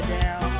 down